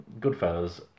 Goodfellas